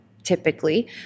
typically